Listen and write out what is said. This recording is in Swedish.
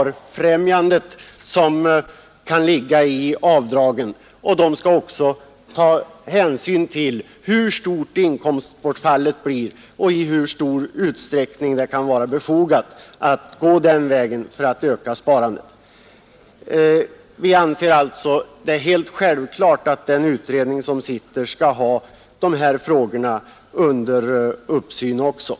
Utredningen skall, menar vi, både se på de sparfrämjande effekterna av avdragen och hur stort inkomstbortfallet blir samt i hur stor utsträckning det kan vara befogat att gå den vägen för att öka sparandet. Vi anser det vara självklart att den nu arbetande utredningen har samtliga dessa frågor under uppsikt. Herr talman!